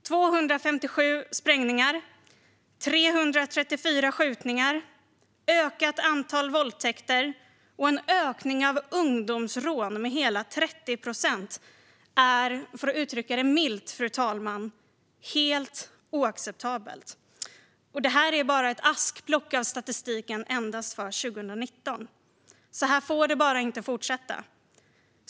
257 sprängningar, 334 skjutningar, ett ökat antal våldtäkter och en ökning av ungdomsrånen med hela 30 procent är - för att uttrycka det milt, fru talman - helt oacceptabelt. Och detta är bara ett axplock av statistiken endast för 2019. Så här får det bara inte fortsätta.